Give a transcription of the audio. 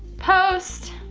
post